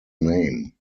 name